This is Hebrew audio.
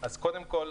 אז קודם כול,